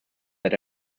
that